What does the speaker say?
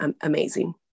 amazing